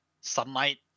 sunlight